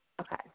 Okay